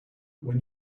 when